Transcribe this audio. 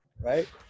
Right